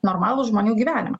normalų žmonių gyvenimą